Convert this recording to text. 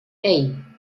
hey